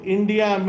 India